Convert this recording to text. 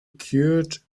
cured